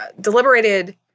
deliberated